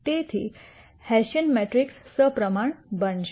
તેથી Hessian matrix સપ્રમાણ બનશે